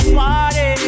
party